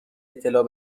اطلاع